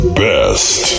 best